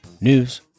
news